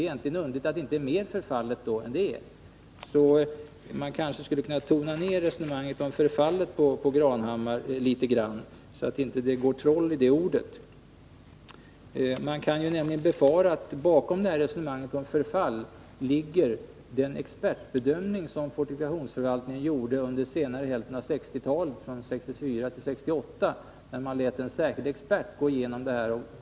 Resonemanget om förfall kanske bör tonas ned, så att det inte går troll i det ordet. Man kan nämligen befara att bakom resonemanget om förfall ligger den expertbedömning som fortifikationsförvaltningen gjorde under senare hälften av 1960-talet. 1964-1968 lät man en särskild expert göra en genomgång.